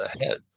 ahead